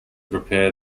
prepare